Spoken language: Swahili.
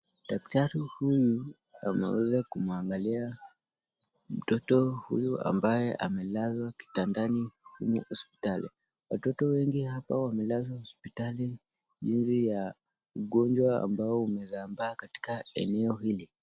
Dakitari huyu ameweza kumwangalia, mtoto huyu ambaye amelazwa kitandani humu hospitali. Watoto wengi hapa wamelazwa hospitali didhi ya ugonjwa ambao umesambaa katika eneo hili.